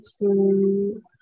two